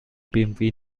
bmw